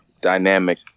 dynamic